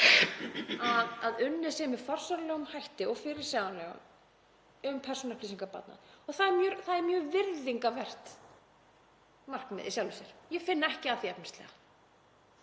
að unnið sé með forsvaranlegum hætti og fyrirsjáanlegum um persónuupplýsingar barna. Það er mjög virðingarvert markmið í sjálfu sér. Ég finn ekki að því efnislega.